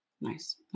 nice